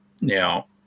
Now